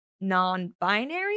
non-binary